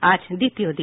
আজ দ্বিতীয় দিন